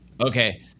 Okay